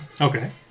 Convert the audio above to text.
okay